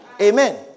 Amen